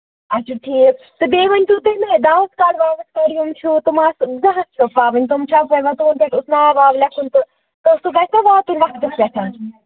اچھا ٹھیٖک تہٕ بیٚیہِ ؤنۍ توتُہۍ مےٚ یہِ دعوت کر چھُ تِم آسَن زٕ ہَتھ پیٚٹھ پاوٕنۍ تِمَ چھِ اسہِ ناو واو لیٚکھُن تہٕ سُہ گژھِ نا واتُن وقتَس پیٚٹھ